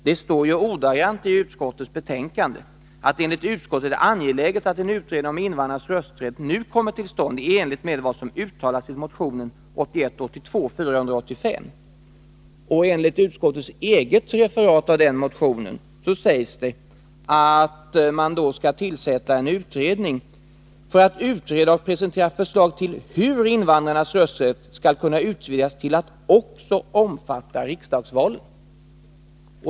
Det står ordagrant i utskottets betänkande: ”Enligt utskottet är det angeläget att en utredning om invandrarnas rösträtt nu kommer till stånd i enlighet med vad som uttalats i motion 1981/82:485.” I utskottets referat av motionen sägs att det i motionen föreslås att det skall tillsättas en utredning ”för att utreda och presentera förslag till hur invandrarnas rösträtt skall kunna utvidgas till att också omfatta riksdagsvalen”.